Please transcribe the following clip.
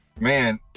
Man